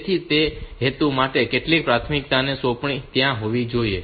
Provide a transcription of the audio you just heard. તેથી તે હેતુ માટે કેટલીક પ્રાથમિકતાની સોંપણી ત્યાં હોવી જોઈએ